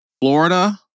Florida